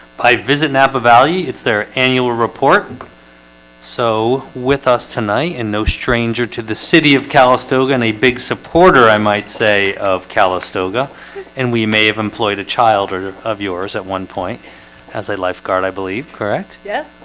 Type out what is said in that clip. i visit napa valley. it's their annual report so with us tonight and no stranger to the city of calistoga and a big supporter. i might say of calistoga and we may have employed a child or of yours at one point as a lifeguard, i believe correct. yes.